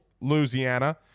Louisiana